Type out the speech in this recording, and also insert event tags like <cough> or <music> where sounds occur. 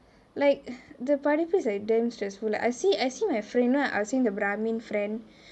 like <breath> the படிப்பு:padippu like damn stressful lah I see I see my friend you know I was saying the brahmin friend